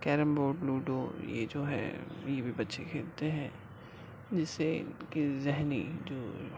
carrom board ludo یہ جو ہے یہ بھی بچے کھیلتے ہیں جس سے ان کی ذہنی جو